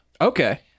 Okay